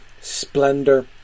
splendor